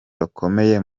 bakomeye